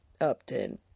Upton